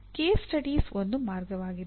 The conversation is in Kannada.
ಕೇಸ್ ಸ್ಟಡೀಸ್ ಒಂದು ಮಾರ್ಗವಾಗಿದೆ